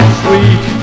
sweet